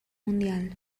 mundial